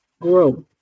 grow